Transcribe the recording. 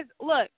look